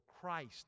Christ